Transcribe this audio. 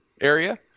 area